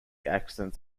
accidents